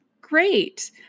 great